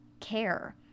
care